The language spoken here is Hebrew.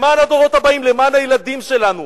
למען הדורות הבאים, למען הילדים שלנו.